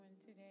today